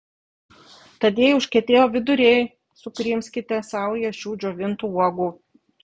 tad jei užkietėjo viduriai sukrimskite saują šių džiovintų uogų